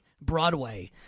Broadway